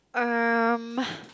um